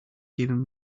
giving